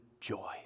joy